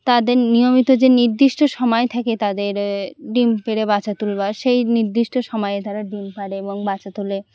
তাদের নিয়মিত যে নির্দিষ্ট সময় থাকে তাদের ডিম পেড়ে বাচ্চা তুলবার সেই নির্দিষ্ট সময়ে তারা ডিম পাড়ে এবং বাচ্চা তোলে